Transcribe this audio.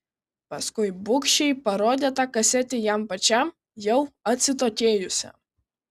paskui bugščiai parodė tą kasetę jam pačiam jau atsitokėjusiam